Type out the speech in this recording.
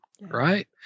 right